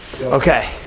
Okay